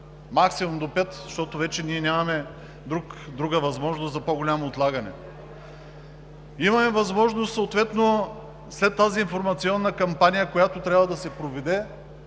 максимум до пет, защото ние вече нямаме друга възможност за по-голямо отлагане. Имаме възможност съответно, след тази информационна кампания, която трябва да се проведе,